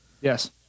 Yes